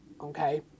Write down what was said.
Okay